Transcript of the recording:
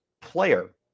player